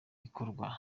ikorwa